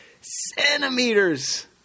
centimeters